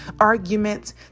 Arguments